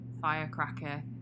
firecracker